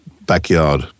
backyard